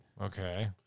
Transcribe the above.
Okay